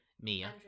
Mia